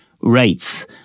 rates